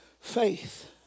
faith